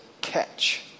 catch